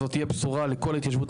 זו תהיה בשורה לכל ההתיישבות